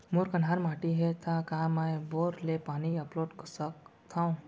मोर कन्हार माटी हे, त का मैं बोर ले पानी अपलोड सकथव?